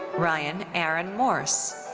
ryan aaron morse.